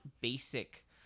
basic